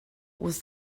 was